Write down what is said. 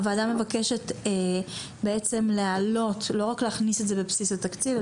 הוועדה מבקשת בעצם להעלות את התקציב ולא רק להכניס את זה בבסיס התקציב,